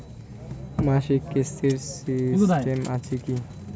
মাসিক কিস্তির সিস্টেম আছে কি?